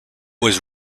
was